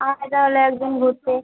আয় তাহলে একদিন ঘুরতে